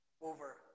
over